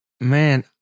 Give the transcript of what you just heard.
Man